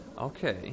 Okay